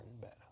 better